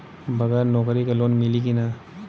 बगर नौकरी क लोन मिली कि ना?